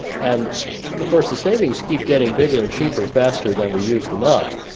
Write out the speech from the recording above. and of course, the savings keep getting bigger, and cheaper faster than we use them up,